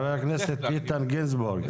חבר הכנסת איתן גינזבורג,